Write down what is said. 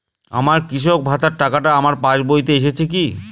আমার কৃষক ভাতার টাকাটা আমার পাসবইতে এসেছে কি?